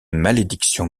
malédiction